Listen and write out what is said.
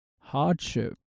hardship